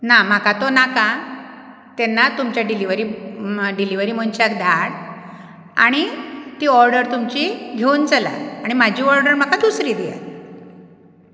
ना म्हाका तो नाका तेन्ना तुमच्या डिलीवरी डिलीवरी मनशाक धाड आनी ती ऑर्डर तुमची घेवन चलात आनी म्हाजी ऑर्डर म्हाका दुसरी दियात